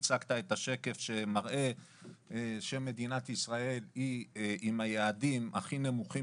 הצגת את השקף שמראה שמדינת ישראל היא עם היעדים הכי נמוכים